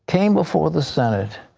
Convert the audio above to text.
came before the senate.